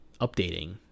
updating